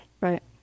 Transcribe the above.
Right